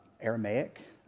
Aramaic